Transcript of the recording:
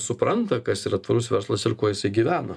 supranta kas yra tvarus verslas ir kuo jisai gyvena